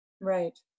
Right